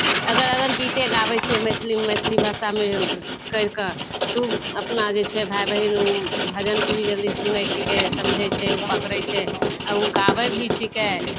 अगर अगर गीते गाबै छियै मैथिलीमे मैथिली भाषामे कहि कऽ तऽ ओ अपना जे छै भाए बहिन भजनके भी सुनै छिकै समझै छै ओ पकड़ै छै आ ओ गाबै भी छिकै